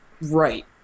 right